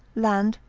land,